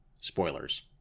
Spoilers